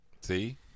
See